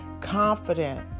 confident